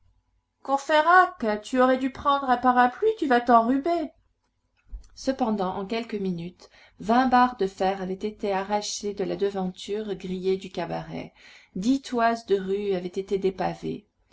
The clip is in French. courfeyrac tu aurais dû prendre un parapluie tu vas t'enrhuber cependant en quelques minutes vingt barres de fer avaient été arrachées de la devanture grillée du cabaret dix toises de rue avaient été dépavées